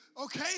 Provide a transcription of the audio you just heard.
okay